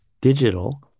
digital